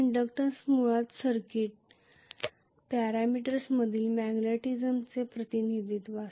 तर इंडक्टन्स म्हणजे मुळात सर्किट पॅरामीटर्समधील मॅग्नेटिझमचे प्रतिनिधित्व